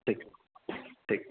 ठीक ठीक